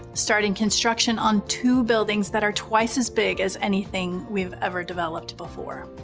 starting construction on two buildings that are twice as big as anything we've ever developed before.